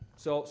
so,